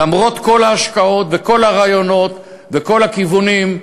למרות כל ההשקעות וכל הרעיונות וכל הכיוונים,